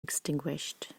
extinguished